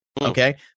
Okay